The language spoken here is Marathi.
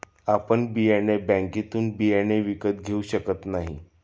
आपण बियाणे बँकेतून बियाणे विकत घेऊ शकत नाही